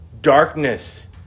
darkness